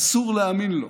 אסור להאמין לו.